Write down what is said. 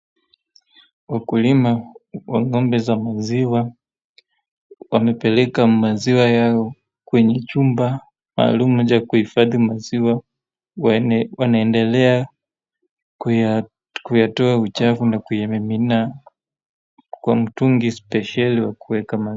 Wakulima wa ng'ombe za maziwa wamepeleka maziwa yao kwenye chumba maalum cha kuhifadhi maziwa wanaendelea kuyatoa uchafu na kuyamimina kwa mtungi spesheli wa kuweka.